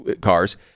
cars